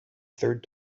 third